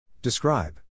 Describe